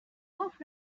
off